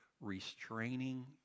restraining